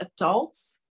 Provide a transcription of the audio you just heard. adults